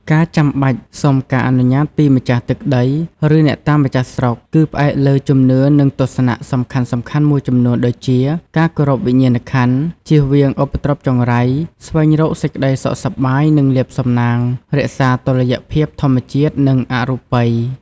ការចាំបាច់សុំការអនុញ្ញាតពីម្ចាស់ទឹកដី ឬអ្នកតាម្ចាស់ស្រុក គឺផ្អែកលើជំនឿនិងទស្សនៈសំខាន់ៗមួយចំនួនដូចជា ការគោរពវិញ្ញាណក្ខន្ធ ជៀសវាងឧបទ្រពចង្រៃ ស្វែងរកសេចក្តីសុខសប្បាយ និងលាភសំណាង រក្សាតុល្យភាពធម្មជាតិ និងអរូបិយ។